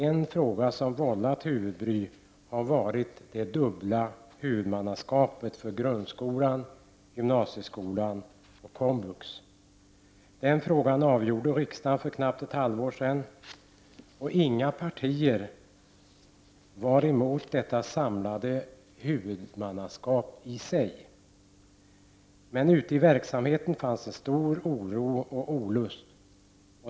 En fråga som vållat huvudbry har varit det dubbla huvudmannaskapet för grundskolan, gymnasieskolan och komvux. Den frågan avgjorde riksdagen för knappt ett halvår sedan. Inga partier var mot detta samlade huvudmannaskap i sig. Men ute i verksamheten fanns en stor oro och olust.